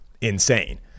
insane